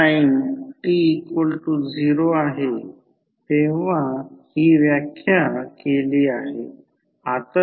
तर हे secondary induced आहे दोघेही असे असतील